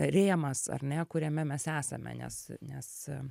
rėmas ar ne kuriame mes esame nes nes